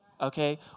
okay